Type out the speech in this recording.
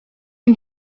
and